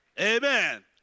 Amen